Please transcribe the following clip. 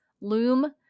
Loom